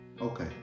Okay